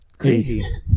crazy